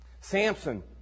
Samson